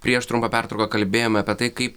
prieš trumpą pertrauką kalbėjome apie tai kaip